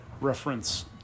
reference